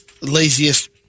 laziest